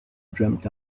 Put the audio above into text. dreamt